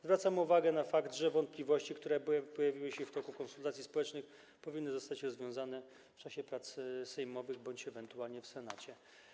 Zwracamy uwagę na fakt, że wątpliwości, które pojawiły się w toku konsultacji społecznych, powinny zostać rozwiane w czasie prac sejmowych bądź ewentualnie w Senacie.